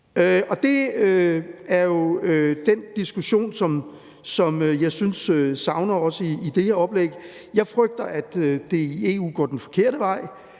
Det er jo den diskussion, som jeg synes vi savner også i det her oplæg. Jeg frygter, at det i EU går den forkerte vej.